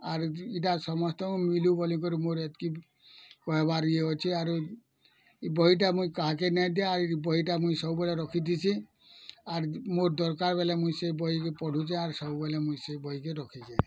ଆର୍ ଯେ ଇଟା ସମସ୍ତଙ୍କୁ ମିଲୁ ବୋଲିକରି ମୋର ଏତ୍କି କହିବାର୍ ୟେ ଅଛି ଆର୍ ୟେ ବହିଟା ମୁଇଁ କାହାକେ ନାଇଁ ଦିଏ ବହିଟା ମୁଇଁ ସବୁବେଲେ ରଖିତିସି ଆର୍ ମୋର ଦରକାର୍ ବେଲେ ସେ ବହି ପଢ଼ୁଛେଁ ସବୁବେଲେ ସେ ବହିକେ ରଖିଛେଁ